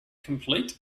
complete